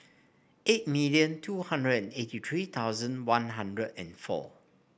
eight million two hundred and eighty three thousand One Hundred and four